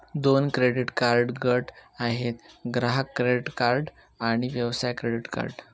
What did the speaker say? दोन credit card गट आहेत, ग्राहक क्रेडिट कार्ड आणि व्यवसाय क्रेडिट कार्ड